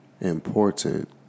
important